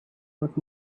what